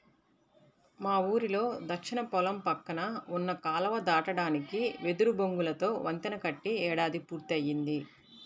మా ఊరిలో దక్షిణ పొలం పక్కన ఉన్న కాలువ దాటడానికి వెదురు బొంగులతో వంతెన కట్టి ఏడాది పూర్తయ్యింది